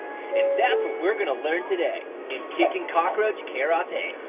and that's what we're going to learn today in kickn' cockroach karate.